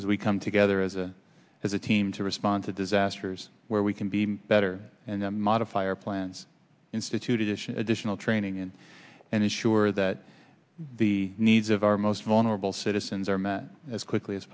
is we come together as a as a team to respond to disasters where we can be better and modify our plans instituted ition additional training in and ensure that the needs of our most vulnerable citizens are met as quickly as